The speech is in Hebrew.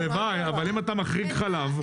הלוואי, אבל אתה רוצה להחריג חלב,